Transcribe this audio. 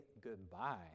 goodbye